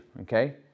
okay